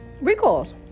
Recalls